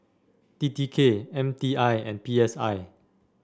T T K M T I and P S I